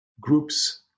groups